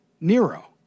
Nero